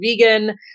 Vegan